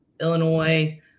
Illinois